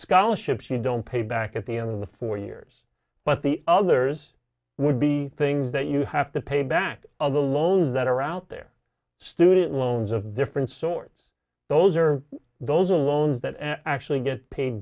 scholarships you don't pay back at the end of the four years but the others would be things that you have to pay back all the loans that are out there student loans of different sorts those are those loans that actually get pa